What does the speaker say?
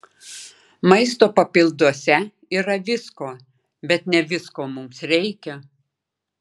maisto papilduose yra visko bet ne visko mums reikia